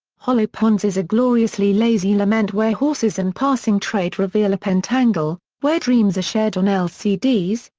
hollow ponds is a gloriously lazy lament where horses and passing trade reveal a pentangle, where dreams are shared on lcds,